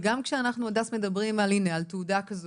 אבל גם כשאנחנו מדברים על תעודה כזו,